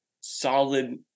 solid